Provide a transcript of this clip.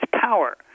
power